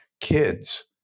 kids